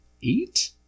EAT